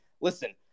listen